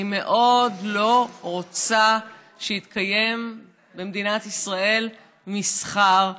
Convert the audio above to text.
אני מאוד לא רוצה שיתקיים במדינת ישראל מסחר בשבת.